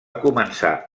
començar